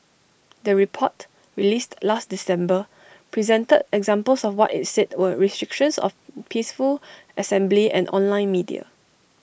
the report released last December presented examples of what IT said were restrictions of peaceful assembly and online media